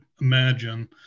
imagine